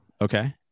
Okay